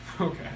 Okay